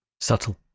subtle